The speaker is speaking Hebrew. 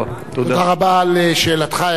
תודה רבה לשאלתך, הערתך.